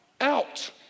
out